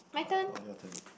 uh oh your turn